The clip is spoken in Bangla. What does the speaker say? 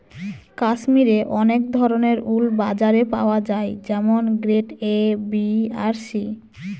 কাশ্মিরে অনেক ধরনের উল বাজারে পাওয়া যায় যেমন গ্রেড এ, বি আর সি